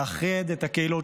לאחד את הקהילות,